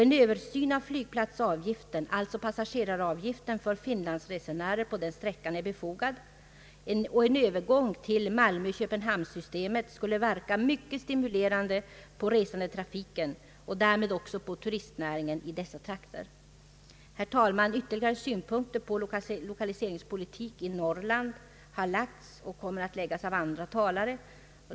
En översyn av flygplatsavgiften, alltså passageraravgiften för finlandsresenärer Umeå—Vasa, är befogad, och en övergång till Malmö—Köpenhamnssystemet skulle verka mycket stimulerande på resandetrafiken och därmed också på turistnäringen i dessa trakter. Herr talman! Ytterligare synpunkter på lokaliseringspolitik i Norrland har framförts och kommer att framföras av andra talare.